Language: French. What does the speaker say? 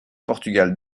portugal